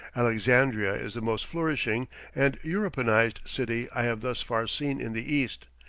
alexandria is the most flourishing and europeanized city i have thus far seen in the east.